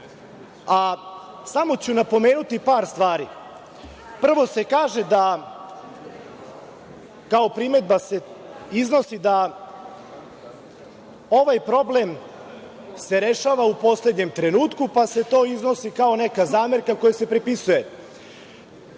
a samo ću napomenuti par stvari. Prvo se kaže da se kao primedba iznosi da se ovaj problem rešava u poslednjem trenutku, pa se to iznosi kao neka zamerka koja se prepisuje,